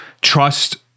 trust